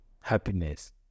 happiness